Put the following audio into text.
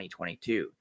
2022